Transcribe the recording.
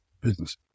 business